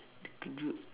terkejut